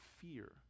fear